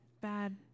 Bad